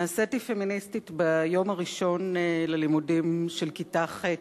נעשיתי פמיניסטית ביום הראשון ללימודים של כיתה ח'